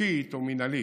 חוקית או מינהלית,